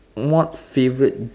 what favourite